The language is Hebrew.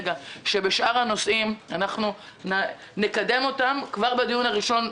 שבשאר הנושאים אנחנו נקדם אותם כבר בדיון הראשון,